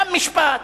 שם משפט?